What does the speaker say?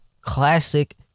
classic